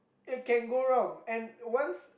if can go wrong and once